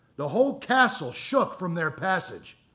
the whole castle shook from their passage.